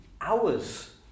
hours